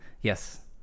Yes